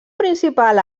principal